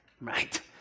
right